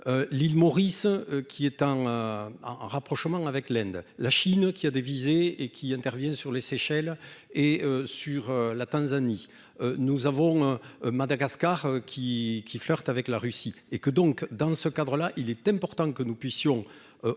l'île Maurice, qui est un à un rapprochement avec l'Inde, la Chine, qui a des visées et qui interviennent sur les Seychelles et sur la Tanzanie nous avons Madagascar qui qui flirte avec la Russie et que donc dans ce cadre-là, il est important que nous puissions acté,